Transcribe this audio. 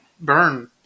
burn